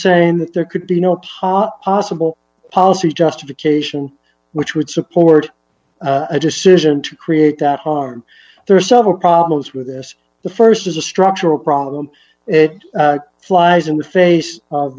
saying that there could be no possible policy justification which would support a decision to create that harm there are several problems with this the st is a structural problem it flies in the face of